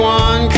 one